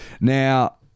Now